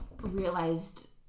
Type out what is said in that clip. realized